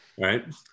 Right